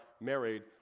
married